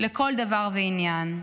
לכל דבר ועניין.